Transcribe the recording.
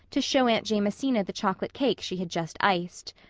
to show aunt jamesina the chocolate cake she had just iced.